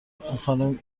خانم